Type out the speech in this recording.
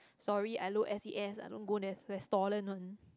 sorry I low S_E_S I don't go rest restaurant one